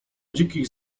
dzikich